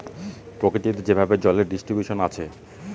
প্রকৃতিতে যেভাবে জলের ডিস্ট্রিবিউশন আছে